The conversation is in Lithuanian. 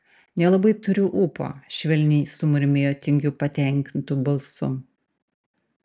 nelabai turiu ūpo švelniai sumurmėjo tingiu patenkintu balsu